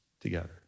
together